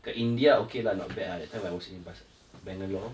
kat india okay lah not bad ah that time I was in ba~ bangalore